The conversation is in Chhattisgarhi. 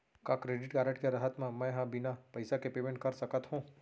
का क्रेडिट कारड के रहत म, मैं ह बिना पइसा के पेमेंट कर सकत हो?